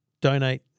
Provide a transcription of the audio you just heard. donate